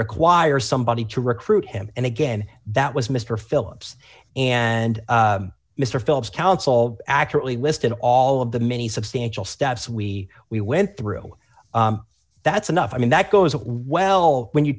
requires somebody to recruit him and again that was mr phillips and mr phillips counsel accurately listed all of the many substantial steps we we went through that's enough i mean that goes a while when you